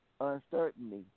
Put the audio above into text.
uncertainty